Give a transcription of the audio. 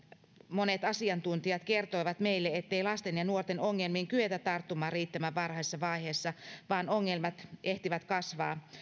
monet asiantuntijat kertoivat meille ettei lasten ja nuorten ongelmiin kyetä tarttumaan riittävän varhaisessa vaiheessa vaan ongelmat ehtivät kasvaa